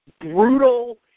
brutal